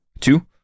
two